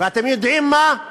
ואתם יודעים מה?